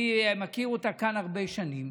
אני מכיר אותה כאן הרבה שנים.